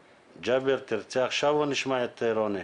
ג'אבר, תרצה עכשיו או תשמע את רוני?